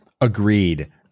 Agreed